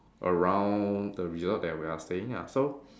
around the river that we are staying ah so